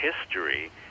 history